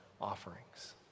offerings